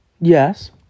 Yes